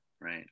right